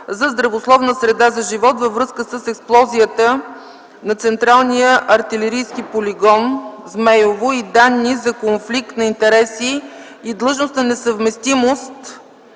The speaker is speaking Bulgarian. за здравословна среда за живот във връзка с експлоатацията на Централния артилерийски полигон „Змейово” и данни за конфликт на интереси и длъжностна несъвместимост